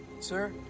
sir